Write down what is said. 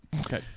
Okay